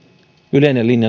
yleinen linja